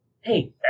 Hey